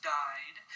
died